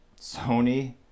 Sony